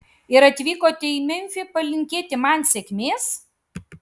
ir atvykote į memfį palinkėti man sėkmės